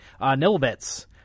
nilbits